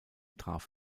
traf